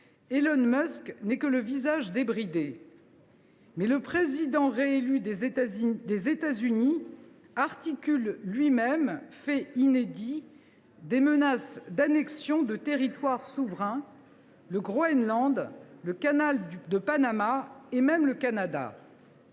Elon Musk n’est que le visage débridé. Mais, fait inédit, le président réélu des États Unis articule lui même des menaces d’annexion de territoires souverains : le Groenland, le canal de Panama et même le Canada.